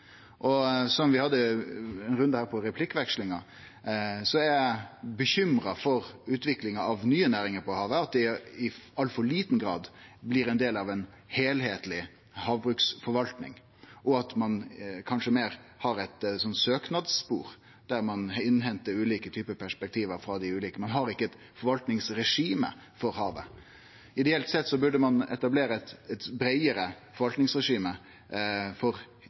Som vi hadde ein runde på her i replikkvekslinga, er eg bekymra for utviklinga av nye næringar på havet, at det i altfor liten grad blir ein del av ei heilskapleg havbruksforvaltning, og at ein kanskje har meir eit sånt søknadsspor, der ein hentar inn ulike typar perspektiv frå dei ulike. Ein har ikkje eit forvaltingsregime for havet. Ideelt sett burde ein etablere eit breiare forvaltingsregime for